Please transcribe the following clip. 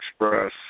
Express